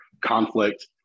conflict